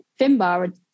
Finbar